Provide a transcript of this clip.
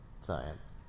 Science